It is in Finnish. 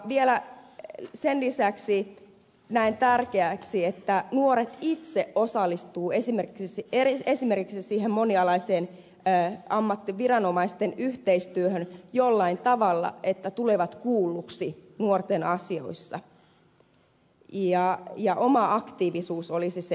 vielä sen lisäksi näen tärkeäksi että nuoret itse osallistuvat esimerkiksi siihen monialaiseen viranomaisten yhteistyöhön jollain tavalla että he tulevat kuulluiksi nuorten asioissa ja oma aktiivisuus olisi se palkitseva asia